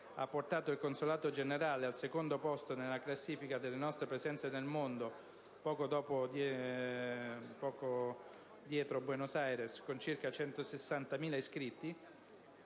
ha portato il consolato generale al secondo posto nella classifica delle nostre presenze nel mondo (poco dietro Buenos Aires), con circa 160.000 iscritti,